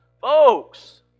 Folks